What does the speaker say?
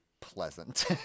pleasant